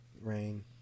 Rain